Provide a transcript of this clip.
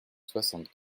soixante